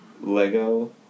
Lego